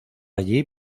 allí